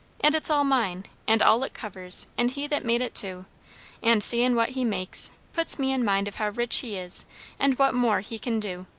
and it's all mine, and all it covers, and he that made it too and seein' what he makes, puts me in mind of how rich he is and what more he kin do.